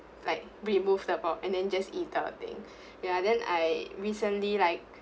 like remove the pork and then just eat the thing yeah then I recently like